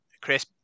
Chris